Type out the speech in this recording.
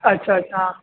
اچھا اچھا